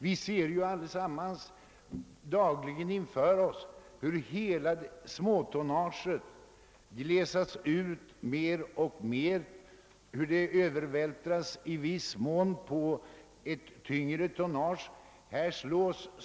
Vi bevittnar hur hela vårt småtonnage blir glesare och glesare, hur frakterna i viss mån övervältras på det tyngre tonnaget.